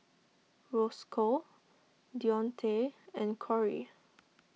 Roscoe Deonte and Corey